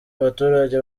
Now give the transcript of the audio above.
abaturage